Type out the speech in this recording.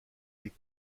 les